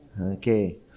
Okay